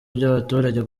by’abaturage